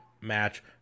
match